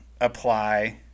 apply